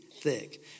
thick